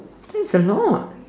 that's a lot